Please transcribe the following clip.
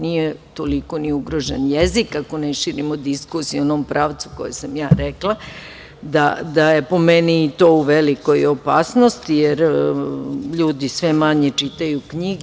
Nije toliko ni ugrožen jezik ako ne širimo diskusiju u onom pravu u kojem sam ja rekla, da je po meni, to u velikoj opasnosti, jer ljudi sve manje čitaju knjige.